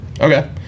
okay